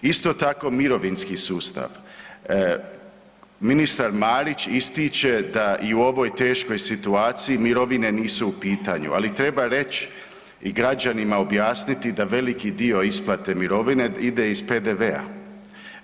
Isto tako mirovinski sustav, ministar Marić ističe da i u ovoj teškoj situaciji mirovine nisu u pitanju, ali treba reć i građanima objasniti da veliki dio isplate mirovine ide iz PDV-a.